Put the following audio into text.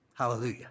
Hallelujah